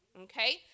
Okay